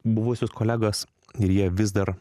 buvusius kolegas ir jie vis dar